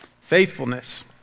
faithfulness